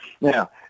Now